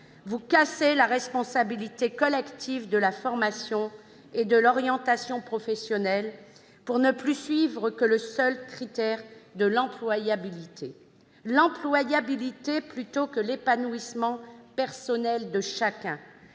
vous cassez la responsabilité collective de la formation et de l'orientation professionnelle pour ne plus suivre que le seul critère de l'employabilité. L'employabilité, plutôt que l'épanouissement personnel de chacun,